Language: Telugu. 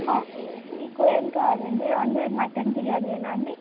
మీకు ఏం కావాలండి ఓన్లీ మటన్ బిర్యానినా అండి